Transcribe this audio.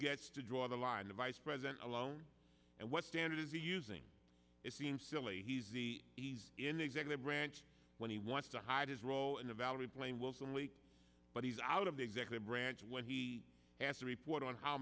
gets to draw the line the vice president alone and what standard is he using it seems silly he's the he's in the executive branch when he wants to hide his role in the valerie plame wilson leak but he's out of the executive branch when he has to report on how